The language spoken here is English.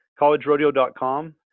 collegerodeo.com